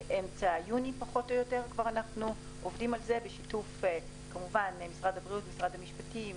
מאמצע יוני אנחנו עובדים על זה בשיתוף משרד הבריאות ומשרד המשפטים,